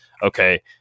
okay